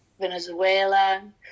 Venezuela